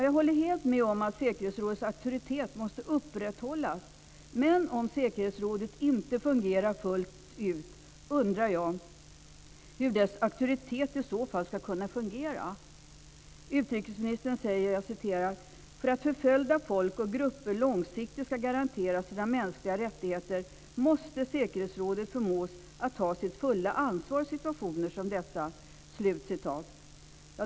Jag håller helt med om att säkerhetsrådets auktoritet måste upprätthållas. Men om säkerhetsrådet inte fungerar fullt ut undrar jag hur dess auktoritet i så fall ska fungera. Utrikesministern säger följande: "För att förföljda folk och grupper långsiktigt ska garanteras sina mänskliga rättigheter måste därför säkerhetsrådet förmås att ta sitt fulla ansvar i situationer som dessa."